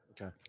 okay